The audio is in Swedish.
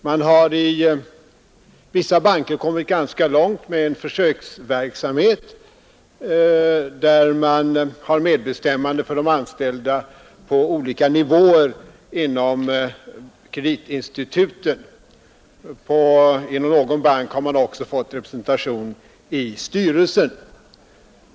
Man har i vissa banker kommit ganska långt med en försöksverksamhet där man har medbestämmande för de anställda på olika nivåer inom kreditinstituten. Inom någon bank har de också fått representation i styrelsen.